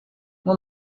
uma